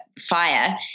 fire